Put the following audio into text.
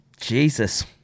Jesus